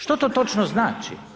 Što to točno znači?